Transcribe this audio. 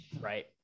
right